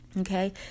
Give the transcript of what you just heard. Okay